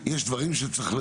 יש דברים שצריך,